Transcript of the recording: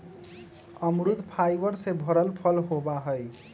अमरुद फाइबर से भरल फल होबा हई